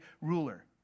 ruler